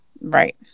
Right